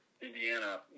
Indiana